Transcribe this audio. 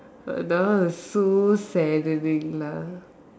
that one is so saddening lah